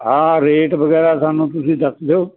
ਹਾਂ ਰੇਟ ਵਗੈਰਾ ਸਾਨੂੰ ਤੁਸੀਂ ਦੱਸ ਦਿਓ